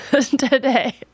today